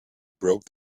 broke